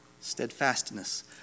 Steadfastness